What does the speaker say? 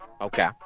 Okay